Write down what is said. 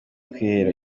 kwihera